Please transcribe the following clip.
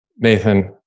Nathan